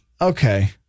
okay